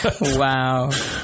Wow